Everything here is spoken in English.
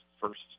first